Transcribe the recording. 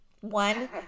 One